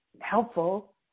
helpful